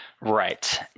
Right